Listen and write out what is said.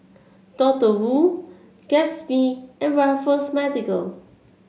Doctor Wu Gatsby and Raffles Medical